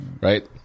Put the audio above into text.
right